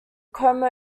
como